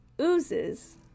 oozes